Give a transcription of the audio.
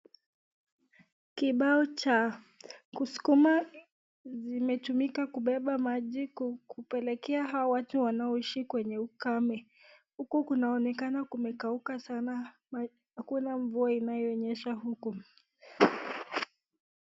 Kibao cha kuskuma imetumika kubeba maji kuwaletea hawa watu wanaoichi kwenye ukame, huko kunaonekana kimekauka sana hakuna mvua iliyonyesha huko.